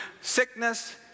sickness